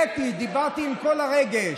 הבאתי ודיברתי עם כל הרגש.